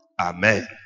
Amen